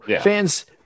fans